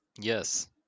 Yes